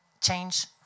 change